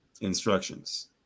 instructions